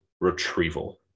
retrieval